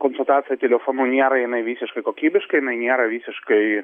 konsultacija telefonu nėra jinai visiškai kokybiška jinai nėra visiškai